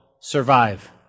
survive